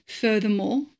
Furthermore